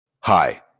Hi